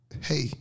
Hey